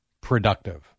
productive